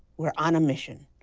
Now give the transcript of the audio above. we're on a mission.